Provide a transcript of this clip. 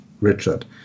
Richard